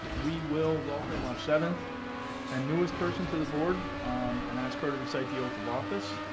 we will welcome our seventh and newest person to the board and ask her to recite the oath of office.